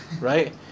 Right